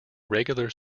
regular